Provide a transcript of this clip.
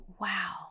wow